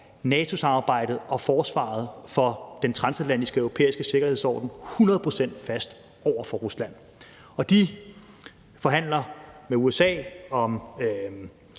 NATO-samarbejdet og forsvaret for den transatlantiske europæiske sikkerhedsorden hundrede procent fast over for Rusland. Vi forhandler med USA om